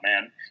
man